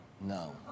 No